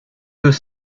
deux